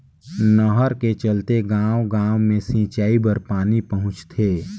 नहर के चलते गाँव गाँव मे सिंचई बर पानी पहुंचथे